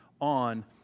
on